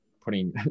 putting